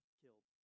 killed